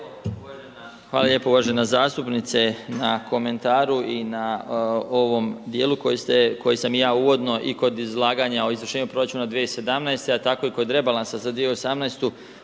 hvala lijepo uvažena zastupnice na komentaru i na ovom dijelu koji sam i ja uvodno i kod izlaganja o Izvršenju proračuna 2017. a tako i kod Rebalansa za 2018.